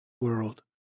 world